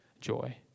joy